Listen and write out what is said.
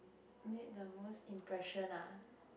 made the most impression ah